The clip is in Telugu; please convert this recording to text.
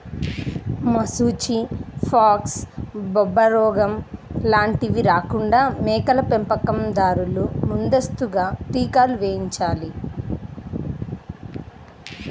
మశూచి, ఫాక్స్, బొబ్బరోగం లాంటివి రాకుండా మేకల పెంపకం దారులు ముందస్తుగా టీకాలు వేయించాలి